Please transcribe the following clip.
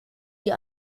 sie